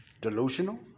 delusional